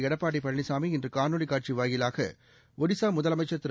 எடப்பாடி பழனிசாமி இன்று காணொலி காட்சி வாயிலாக ஒரிசா முதலமைச்சா் திரு